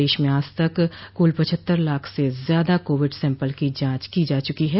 प्रदेश में आज तक कुल पचहत्तर लाख से ज्यादा कोविड सैम्पल की जांच की जा चुकी है